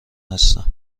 هستم